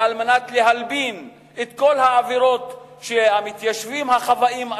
ועל מנת להלבין את כל העבירות שהמתיישבים החוואים עשו,